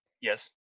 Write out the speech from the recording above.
Yes